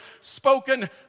spoken